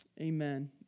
Amen